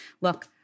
Look